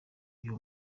gihe